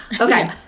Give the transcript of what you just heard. Okay